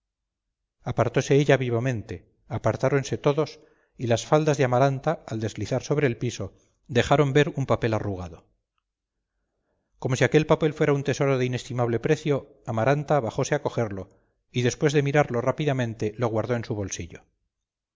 escenario apartose ella vivamente apartáronse todos y las faldas de amaranta al deslizarse sobre el piso dejaron ver un papel arrugado como si aquel papel fuera un tesoro de inestimable precio amaranta bajose a cogerlo y después de mirarlo rápidamente lo guardó en su bolsillo